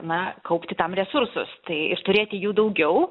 na kaupti tam resursus tai ir turėti jų daugiau